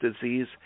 disease